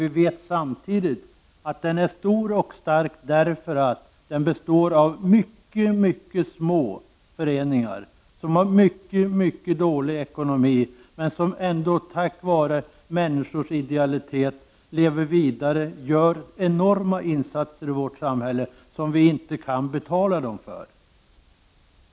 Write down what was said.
Vi vet samtidigt att den är stor och stark därför att den består av många mycket små föreningar, som har dålig ekonomi men som ändå tack vare människornas ideella arbete lever vidare och gör enorma insatser i vårt samhälle som vi inte kan betala dem för.